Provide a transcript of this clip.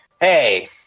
Hey